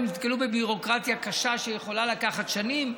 נתקלו בביורוקרטיה קשה שיכולה לקחת שנים,